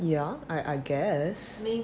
yeah I I guess